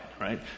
right